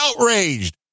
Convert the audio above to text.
outraged